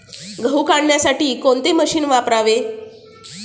गहू काढण्यासाठी कोणते मशीन वापरावे?